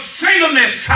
singleness